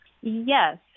Yes